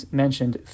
mentioned